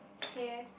K